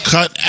Cut